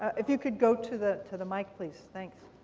if you could go to the to the mike please, thanks.